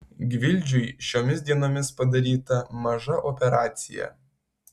gvildžiui šiomis dienomis padaryta maža operacija